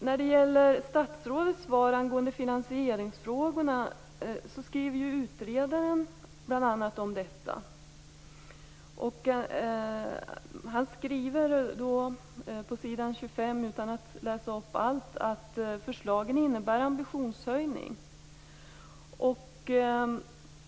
Utredaren skriver bl.a. om det som statsrådet tog upp i sitt svar angående finansieringsfrågorna. Utredaren skriver på s. 25 att förslagen innebär en ambitionshöjning.